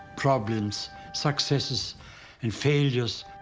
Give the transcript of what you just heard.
problems, successes and failures.